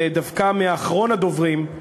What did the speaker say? דווקא מאחרון הדוברים,